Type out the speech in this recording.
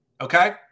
Okay